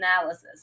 analysis